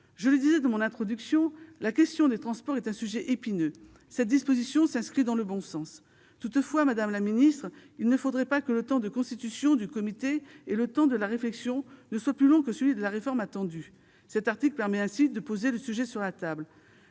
Je le disais dans mon introduction, la question des transports est un sujet épineux. Cette disposition va dans le bon sens. Toutefois, madame la secrétaire d'État, il ne faudrait pas que le temps de la constitution du comité et le temps de la réflexion ne soient plus longs que celui de la réforme attendue. Cet article permet ainsi de poser le sujet sur la table.